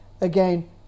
Again